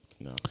No